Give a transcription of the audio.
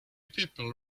people